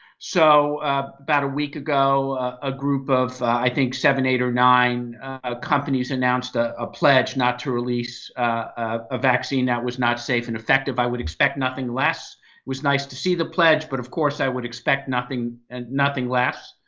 so about a week ago a group of i think seven, eight or nine companies announced a a pledge not to release a vaccine that was not safe and effective. i would expect nothing less. it was nice to see the pledge, but of course i would expect nothing and nothing less.